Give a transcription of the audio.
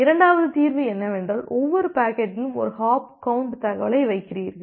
இரண்டாவது தீர்வு என்னவென்றால் ஒவ்வொரு பாக்கெட்டிலும் ஒரு ஹாப் கவுண்ட் தகவலை வைக்கிறீர்கள்